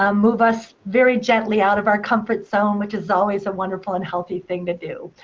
um move us very gently out of our comfort zone, which is always a wonderful and healthy thing to do.